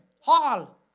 hall